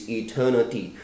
eternity